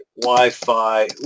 wi-fi